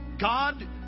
God